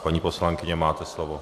Paní poslankyně, máte slovo.